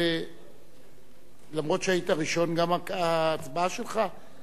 למרות שהיית ראשון גם ההצבעה שלך,